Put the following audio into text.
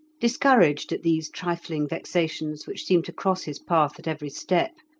discouraged at these trifling vexations, which seemed to cross his path at every step,